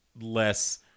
less